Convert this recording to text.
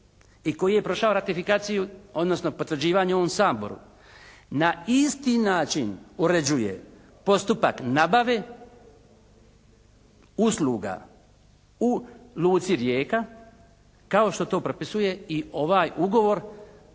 i koji je prošao ratifikaciju odnosno potvrđivanje u ovom Saboru na isti način uređuje postupak nabave usluga u luci Rijeka kao što to propisuje i ovaj ugovor